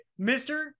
Mr